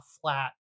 flat